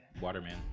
Waterman